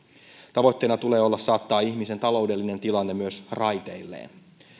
tavoitteena tulee olla saattaa ihmisen taloudellinen tilanne myös raiteilleen